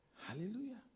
Hallelujah